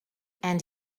and